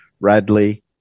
Radley